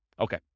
Okay